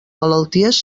malalties